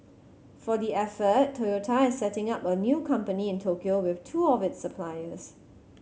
for the effort Toyota is setting up a new company in Tokyo with two of its suppliers